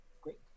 Great